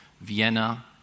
Vienna